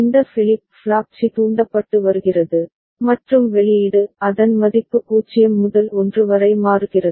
இந்த flip flop சி தூண்டப்பட்டு வருகிறது மற்றும் வெளியீடு அதன் மதிப்பு 0 முதல் 1 வரை மாறுகிறது